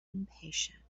impatient